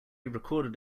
recorded